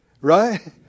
right